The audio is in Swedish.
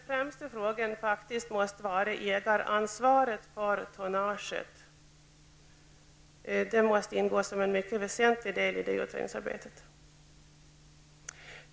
Frågan om ansvaret för tonnaget måste ingå som en väsentlig del i det utredningsarbetet.